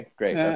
great